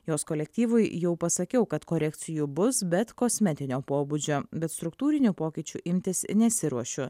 jos kolektyvui jau pasakiau kad korekcijų bus bet kosmetinio pobūdžio bet struktūrinių pokyčių imtis nesiruošiu